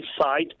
side